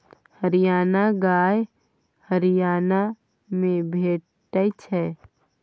हरियाणा गाय हरियाणा मे भेटै छै